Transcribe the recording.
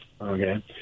okay